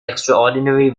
extraordinary